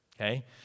Okay